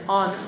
on